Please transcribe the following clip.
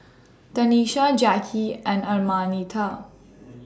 Tanisha Jackie and Araminta